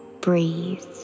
Breathe